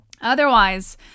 otherwise